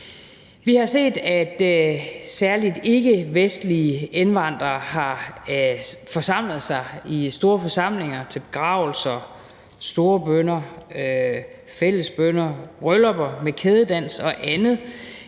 Vi har set, at særlig ikkevestlige indvandrere har forsamlet sig i store forsamlinger til begravelser, storbønner, fællesbønner, bryllupper med kædedans og andet,